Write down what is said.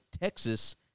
Texas